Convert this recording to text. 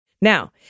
Now